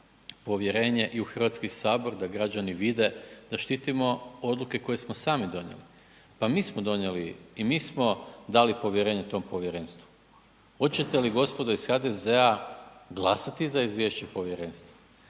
povjerenje i u Hrvatski sabor, da građani vide da štitimo odluke koje smo sami donijeli. Pa mi smo donijeli i mi smo dali povjerenje tom povjerenstvu. Hoćete li gospodo iz HDZ-a glasati za izvješće povjerenstva